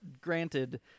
granted